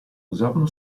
usavano